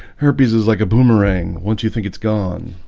herpes is like a boomerang once you think it's gone.